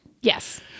Yes